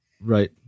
Right